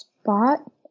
spot